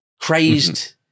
crazed